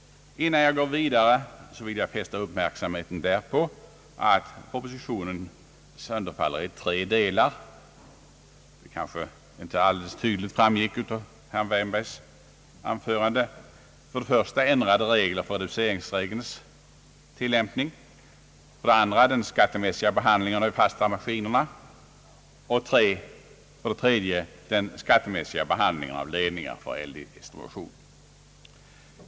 Innan jag fortsätter vill jag fästa uppmärksamheten på att propositionen sönderfaller i tre delar — det kanske inte helt tydligt framgick av herr Wärnbergs anförande — nämligen för det första ändrade regler för reduceringsregelns tillämpning, för det andra den skattemässiga behandlingen av de fasta maskinerna och för det tredje den skattemässiga behandlingen av ledningar för eldistribution.